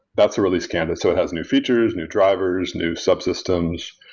that's a release canvas. so it has new features, new drivers, new subsystems.